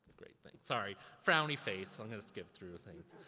great thing. sorry, frowny face, i'm gonna skip through a things.